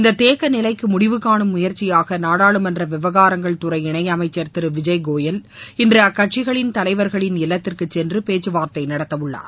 இந்த தேக்க நிலைக்கு முடிவு காணும் முயற்சியாக நாடாளுமன்ற விவகாரங்கள் துறை இணை அமைச்சர் திரு விஜய் கோயல் இன்று அக்கட்சிகளின் தலைவர்களின் இல்லத்திற்கு சென்று பேச்சு வார்த்தை நடத்தவுள்ளார்